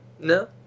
No